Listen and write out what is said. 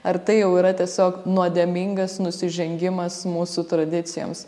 ar tai jau yra tiesiog nuodėmingas nusižengimas mūsų tradicijoms